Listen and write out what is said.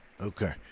Okay